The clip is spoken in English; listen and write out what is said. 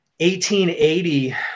1880